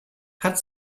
hat